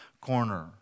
corner